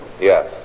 yes